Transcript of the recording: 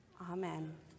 Amen